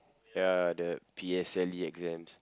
ya the P_S_L_E exams